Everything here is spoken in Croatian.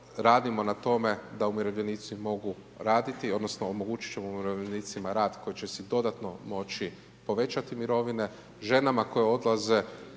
na tome da umirovljenici mogu raditi, odnosno, omogućiti ćemo umirovljenicima rad, koji će se dodatno može povećati mirovine, ženama koje odlaze